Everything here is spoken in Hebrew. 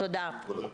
תודה, הישיבה נעולה.